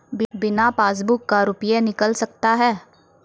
बिना पासबुक का रुपये निकल सकता हैं?